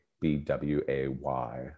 b-w-a-y